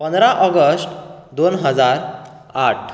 पंदरा ऑगस्ट दोन हजार आठ